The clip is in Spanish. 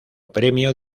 premio